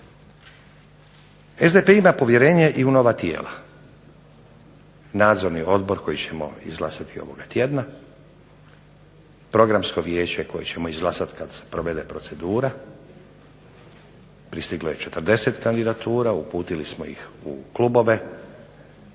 SDP ima povjerenje i u nova tijela. Nadzorni odbor koji ćemo izglasati ovoga tjedna, Programsko vijeće koje ćemo izglasati kad se provede procedura. Pristiglo je 40 kandidatura, uputili smo ih u klubove,